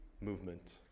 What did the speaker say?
movement